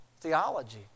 theology